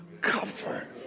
cover